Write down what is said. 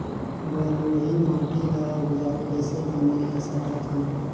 बलुही माटी ल उपजाऊ कइसे बनाय सकत हन?